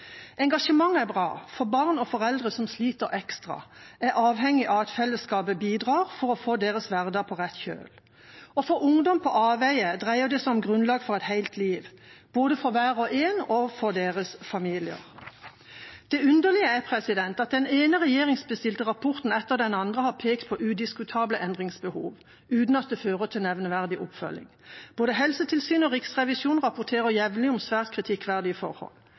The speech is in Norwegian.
er bra, for foreldre og barn som sliter ekstra, er avhengige av at fellesskapet bidrar for å få deres hverdag på rett kjøl. Og for ungdom på avveier dreier det seg om grunnlaget for et helt liv, både for hver og en og for deres familier. Det underlige er at den ene regjeringsbestilte rapporten etter den andre har pekt på udiskutable endringsbehov uten at det fører til nevneverdig oppfølging. Både helsetilsyn og riksrevisjon rapporterer jevnlig om svært kritikkverdige forhold.